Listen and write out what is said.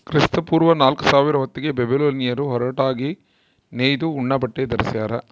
ಕ್ರಿಸ್ತಪೂರ್ವ ನಾಲ್ಕುಸಾವಿರ ಹೊತ್ತಿಗೆ ಬ್ಯಾಬಿಲೋನಿಯನ್ನರು ಹೊರಟಾಗಿ ನೇಯ್ದ ಉಣ್ಣೆಬಟ್ಟೆ ಧರಿಸ್ಯಾರ